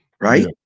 right